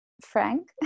Frank